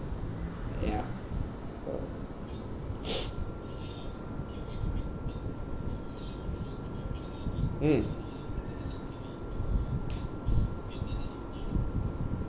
ya uh mm